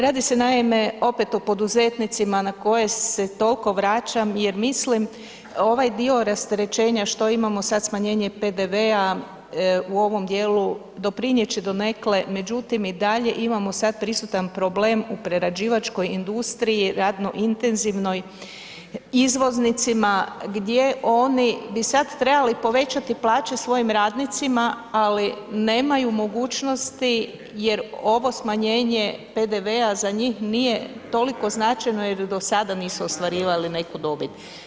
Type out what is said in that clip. Radi se naime opet o poduzetnicima na koje se toliko vraćam jer mislim ovaj dio rasterećenja što imamo sad smanjenje PDV-a u ovom djelu doprinijet će donekle međutim i dalje imamo sad prisutan problem u prerađivačkoj industriji, radno intenzivnoj, izvoznicima gdje oni bi sad trebali povećati plaće svojim radnicima ali nemaju mogućnosti jer ovo smanjenje PDV-a za njih nije toliko značajno jer do sada nisu ostvarivali neku dobit.